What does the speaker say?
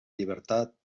llibertat